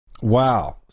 Wow